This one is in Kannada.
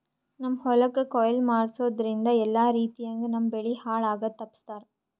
ನಮ್ಮ್ ಹೊಲಕ್ ಕೊಯ್ಲಿ ಮಾಡಸೂದ್ದ್ರಿಂದ ಎಲ್ಲಾ ರೀತಿಯಂಗ್ ನಮ್ ಬೆಳಿ ಹಾಳ್ ಆಗದು ತಪ್ಪಸ್ತಾರ್